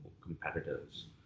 competitors